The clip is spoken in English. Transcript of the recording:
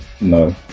no